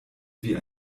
wie